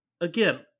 again